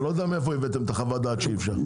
אני לא יודע מאיפה הבאתם את החוות דעת שהוגשה,